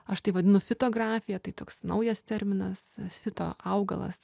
aš tai vadinu fitografija tai toks naujas terminas fito augalas